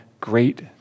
great